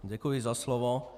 Děkuji za slovo.